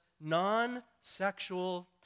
non-sexual